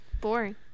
Boring